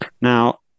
Now